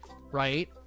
Right